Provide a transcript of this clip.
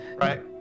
right